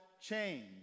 change